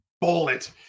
bullet